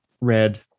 red